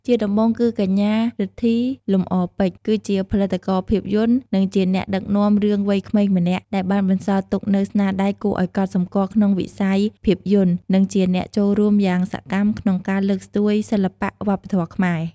ជាដំបូងគឺ កញ្ញា រិទ្ធី លំអរពេជ្រ គឺជាផលិតករភាពយន្ត និងជាអ្នកដឹកនាំរឿងវ័យក្មេងម្នាក់ដែលបានបន្សល់ទុកនូវស្នាដៃគួរឲ្យកត់សម្គាល់ក្នុងវិស័យភាពយន្ត និងជាអ្នកចូលរួមយ៉ាងសកម្មក្នុងការលើកស្ទួយសិល្បៈ វប្បធម៌ខ្មែរ។